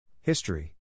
History